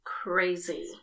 Crazy